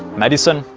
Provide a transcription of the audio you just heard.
madison,